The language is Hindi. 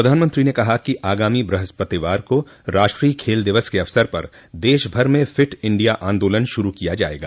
प्रधानमंत्री ने कहा कि आगामी बृहस्पतिवार को राष्ट्रीय खेल दिवस के अवसर पर देश भर में फिट इंडिया आंदोलन शुरू किया जाएगा